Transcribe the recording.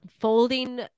folding